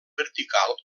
vertical